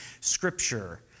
Scripture